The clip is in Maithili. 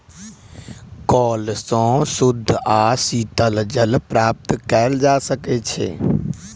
कअल सॅ शुद्ध आ शीतल जल प्राप्त कएल जा सकै छै